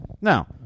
Now